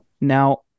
Now